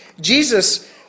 Jesus